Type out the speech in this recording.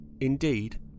Indeed